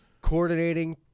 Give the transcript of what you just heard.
coordinating